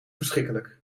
verschrikkelijk